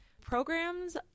Programs